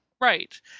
Right